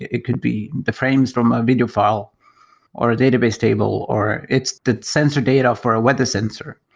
it could be the frames from a video file or a database table, or it's the sensor data for a weather sensor.